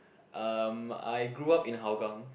um I grew up in Hougang